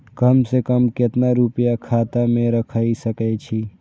कम से कम केतना रूपया खाता में राइख सके छी?